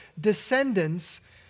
descendants